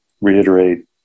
reiterate